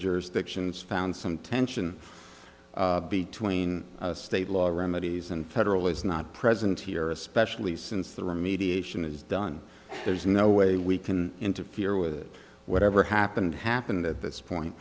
jurisdiction found some tension between state law remedies and federal is not present here especially since the remediation is done there's no way we can interfere with whatever happened happened at this point